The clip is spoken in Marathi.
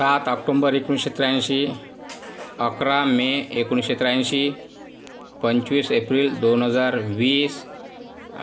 सात ऑक्टोंबर एकोणीसशे त्र्याऐंशी अकरा मे एकोणीसशे त्र्याऐंशी पंचवीस एप्रिल दोन हजार वीस